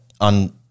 on